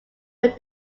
but